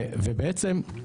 ובעצם,